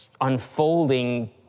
unfolding